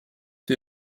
wir